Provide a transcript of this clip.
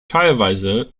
teilweise